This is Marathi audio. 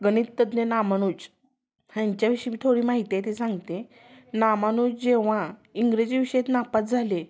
गणित तज्ज्ञ रामानुज ह्यांच्याविषयी मी थोडी माहिती आहे ती सांगते रामानुज जेव्हा इंग्रजी विषयात नापास झाले